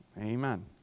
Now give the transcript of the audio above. amen